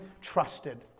trusted